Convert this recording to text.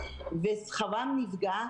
ושכרם נפגע.